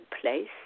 place